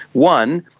one,